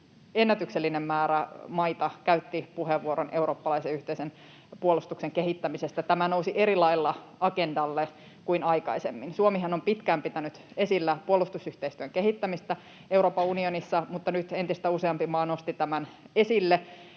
ennätyksellinen määrä maita käytti puheenvuoron eurooppalaisen yhteisen puolustuksen kehittämisestä. Tämä nousi eri lailla agendalle kuin aikaisemmin. Suomihan on pitkään pitänyt esillä puolustusyhteistyön kehittämistä Euroopan unionissa, mutta nyt entistä useampi maa nosti tämän esille.